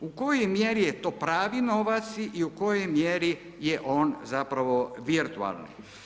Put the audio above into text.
U kojoj mjeri je to pravi novac i u kojoj mjeri je on zapravo virtualni.